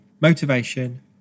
motivation